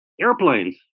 airplanes